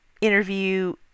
interview